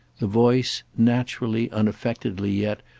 the voice, naturally, unaffectedly yet,